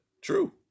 true